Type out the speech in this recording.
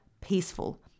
peaceful